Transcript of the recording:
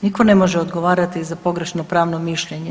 Nitko ne može odgovarati za pogrešno pravno mišljenje.